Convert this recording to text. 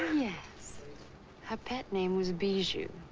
yes her pet name was bejou.